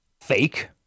fake